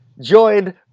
Joined